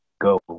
go